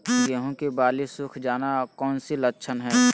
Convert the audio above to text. गेंहू की बाली सुख जाना कौन सी लक्षण है?